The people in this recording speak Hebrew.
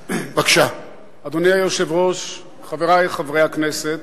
אדוני היושב-ראש, חברי חברי הכנסת,